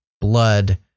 blood